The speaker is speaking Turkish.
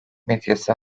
medyası